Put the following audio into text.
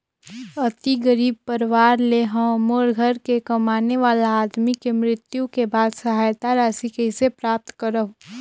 अति गरीब परवार ले हवं मोर घर के कमाने वाला आदमी के मृत्यु के बाद सहायता राशि कइसे प्राप्त करव?